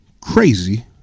crazy